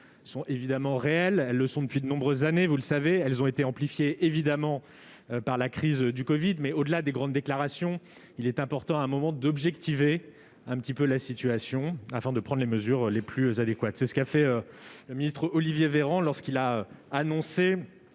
sont évidemment réelles ; elles le sont depuis de nombreuses années ; elles ont été amplifiées, évidemment, par la crise du covid. Au-delà des grandes déclarations, il est important, à un moment donné, d'objectiver la situation, afin de prendre les mesures les plus adéquates. C'est ce qu'a fait le ministre Olivier Véran, lorsqu'il a annoncé